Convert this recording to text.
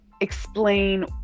explain